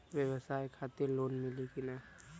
ब्यवसाय खातिर लोन मिली कि ना?